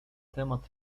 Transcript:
temat